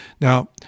Now